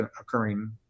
occurring